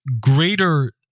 greater